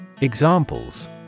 Examples